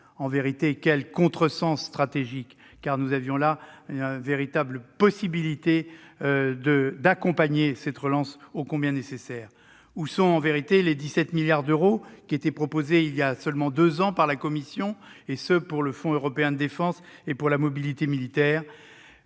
la relance. Quel contresens stratégique ! Nous avions pourtant la possibilité d'accompagner cette relance ô combien nécessaire. Où sont les 17 milliards d'euros qui étaient proposés il y a seulement deux ans par la Commission pour le Fonds européen de la défense et pour la mobilité militaire ?